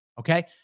Okay